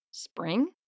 Spring